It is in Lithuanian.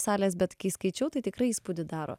salės bet kai skaičiau tai tikrai įspūdį daro